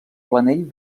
planell